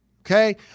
Okay